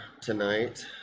tonight